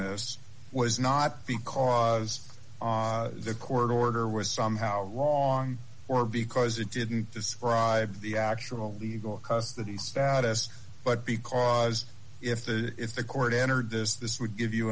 this was not because the court order was somehow wrong or because it didn't describe the actual legal custody status but because if the court entered this this would give you